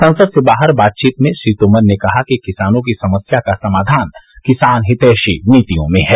संसद से बाहर बातचीत में श्री तोमर ने कहा किसानों की समस्या का समाधन किसान हितैषी नीतियों में है